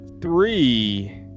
three